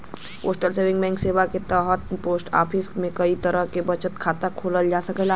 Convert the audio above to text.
postal saving bank सेवा क तहत पोस्ट ऑफिस में कई तरह क बचत खाता खोलल जा सकेला